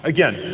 Again